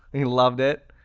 he loved it.